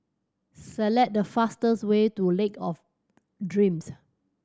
select the fastest way to Lake of Dreams